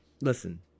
Listen